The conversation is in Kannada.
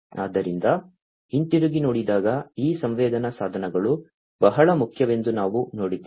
ಆದ್ದರಿಂದ ಹಿಂತಿರುಗಿ ನೋಡಿದಾಗ ಈ ಸಂವೇದನಾ ಸಾಧನಗಳು ಬಹಳ ಮುಖ್ಯವೆಂದು ನಾವು ನೋಡಿದ್ದೇವೆ